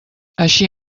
així